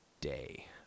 day